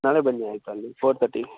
ನಾಳೆ ಬನ್ನಿ ಆಯ್ತಾ ಅಲ್ಲಿಗೆ ಫೋರ್ ತರ್ಟಿ